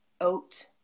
oat